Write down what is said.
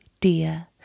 dear